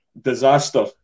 disaster